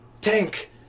Tank